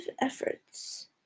efforts